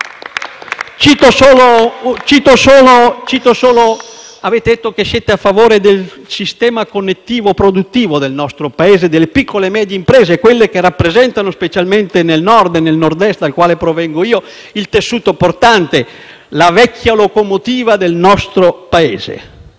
azione. Avete detto che siete a favore del sistema connettivo e produttivo del nostro Paese e delle piccole medie imprese, quelle che rappresentano, specialmente nel Nord e nel Nord-Est, dal quale provengo io, il tessuto portante, la vecchia locomotiva del nostro Paese.